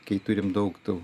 kai turim daug tų